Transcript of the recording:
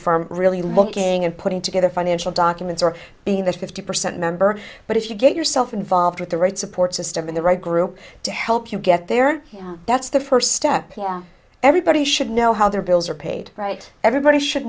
firm really looking and putting together financial documents or being that fifty percent member but if you get yourself involved with the right support system in the right group to help you get there that's the first step everybody should know how their bills are paid right everybody should